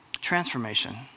transformation